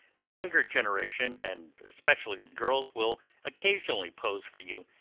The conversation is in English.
the younger generation, and especially the girls, will occasionally pose for you,